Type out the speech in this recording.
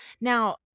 Now